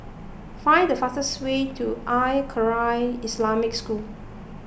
find the fastest way to Al Khairiah Islamic School